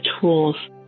tools